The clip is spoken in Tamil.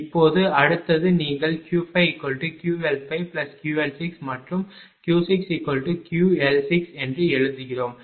இப்போது அடுத்தது நீங்கள் Q5QL5QL6 மற்றும் Q6QL6 என்று எழுதுகிறோம்